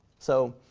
so